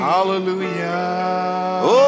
Hallelujah